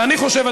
ואני חושב,